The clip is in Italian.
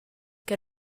che